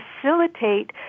facilitate